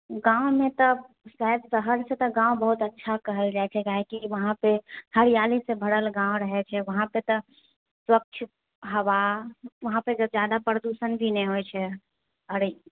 गाँवमे तऽ शायद शहरसँ तऽ गाँव बहुत अच्छा कहल जाइत छै किआकी वहाँ पर हरिआलीसँ भरल गाँव रहैत छै वहाँ पर तऽ स्वच्छ हवा वहाँ पर जादा प्रदूषण भी नहि होइत छै आर